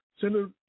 Senator